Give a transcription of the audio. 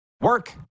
work